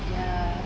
ya